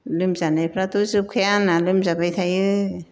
लोमजानायफ्राथ' जोबखाया आंना लोमजाबाय थायो